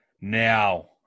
Now